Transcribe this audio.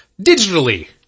digitally